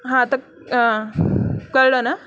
हां तर कळलं ना